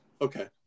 Okay